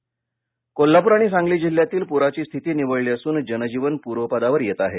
पर सधारणा कोल्हापूर आणि सांगली जिल्ह्यातील पूराची स्थिती निवळली असून जनजीवन पूर्वपदावर येत आहे